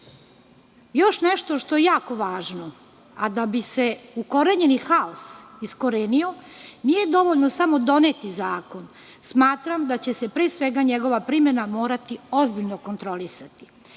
nešto što je jako važno, a da bi se ukorenjeni haos iskorenio, nije dovoljno samo doneti zakon. Smatram da će se, pre svega, njegova primena morati ozbiljno kontrolisati.